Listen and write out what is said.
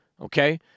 okay